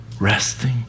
resting